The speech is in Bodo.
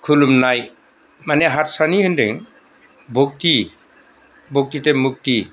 खुलुमनाय मानि हारसानि होनदों भक्ति भक्ति ते मुक्ति